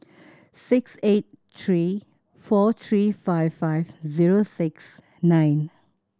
six eight three four three five five zero six nine